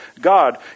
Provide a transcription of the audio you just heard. god